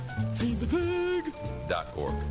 Feedthepig.org